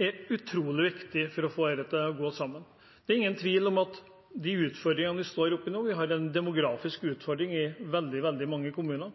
er utrolig viktige for å få dette til å gå sammen. Det er ingen tvil om at det er en del utfordringer vi står oppe i nå. Vi har en demografisk utfordring i veldig mange